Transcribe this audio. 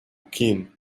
king